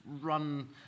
run